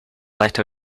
let